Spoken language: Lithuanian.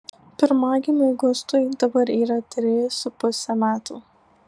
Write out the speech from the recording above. pirmagimiui gustui dabar yra treji su puse metų